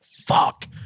fuck